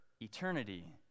eternity